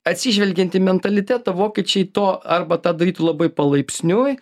atsižvelgiant į mentalitetą vokiečiai to arba tą darytų labai palaipsniui